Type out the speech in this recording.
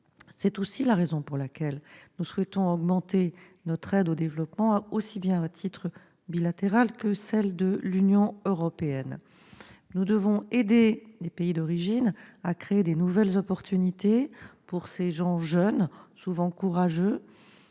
C'est aussi la raison pour laquelle nous souhaitons augmenter notre aide au développement, aussi bien à titre bilatéral que celle de l'Union européenne. Nous devons aider les pays d'origine à créer des nouvelles opportunités pour ces gens jeunes, souvent courageux,